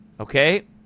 Okay